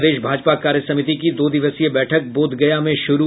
प्रदेश भाजपा कार्यसमिति की दो दिवसीय बैठक बोधगया में शुरू